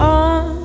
on